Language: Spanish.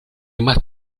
más